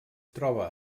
troba